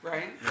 Right